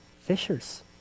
fishers